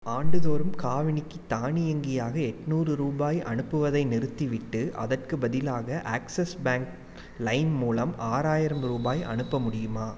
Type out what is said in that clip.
ஆண்டுதோறும் காவினிக்கு தானியங்கியாக எட்நூறு ரூபாய் அனுப்புவதை நிறுத்திவிட்டு அதற்குப் பதிலாக ஆக்ஸஸ் பேங்க் லைம் மூலம் ஆறாயிரம் ரூபாய் அனுப்ப முடியுமா